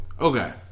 Okay